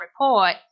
report